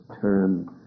term